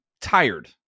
tired